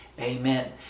amen